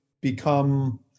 become